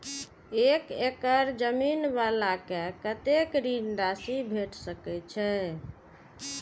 एक एकड़ जमीन वाला के कतेक ऋण राशि भेट सकै छै?